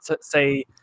say